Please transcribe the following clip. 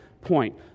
point